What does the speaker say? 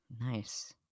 Nice